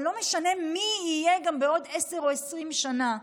או לא משנה מי יהיה גם בעוד עשר או 20 שנים.